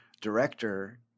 director